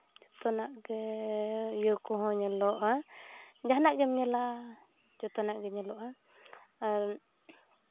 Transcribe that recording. ᱡᱚᱛᱚᱱᱟᱜ ᱜᱮ ᱤᱭᱟᱹ ᱠᱚᱦᱚᱸ ᱧᱮᱞᱚᱜᱼᱟ ᱡᱟᱦᱟᱱᱟᱜ ᱜᱮᱢ ᱧᱮᱞᱟ ᱡᱚᱛᱚᱱᱟᱜ ᱜᱮ ᱧᱮᱞᱚᱜᱼᱟ ᱟᱨ